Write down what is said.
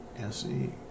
se